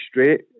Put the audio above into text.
straight